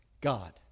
God